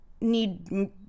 need